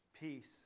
peace